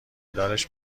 دارش